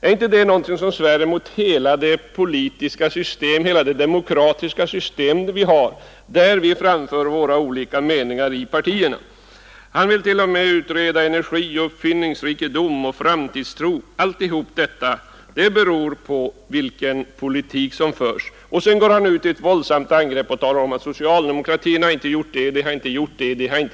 Är inte det något som strider mot hela det demokratiska system som vi har, där vi framför våra olika meningar i partierna? Herr Sjönell vill t.o.m. utreda energi, uppfinningsrikedom och framtidstro. Han går sedan ut i ett våldsamt angrepp mot socialdemokratin och säger att den inte har gjort det och inte det.